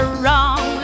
wrong